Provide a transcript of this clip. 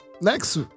next